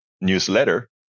newsletter